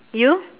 you